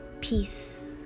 Peace